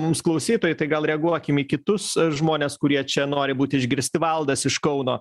mums klausytojai tai gal reaguokim į kitus žmones kurie čia nori būti išgirsti valdas iš kauno